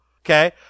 Okay